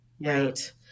Right